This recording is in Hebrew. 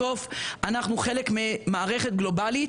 בסוף אנחנו חלק ממערכת גלובלית,